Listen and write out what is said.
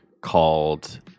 called